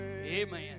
Amen